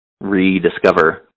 rediscover